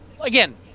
again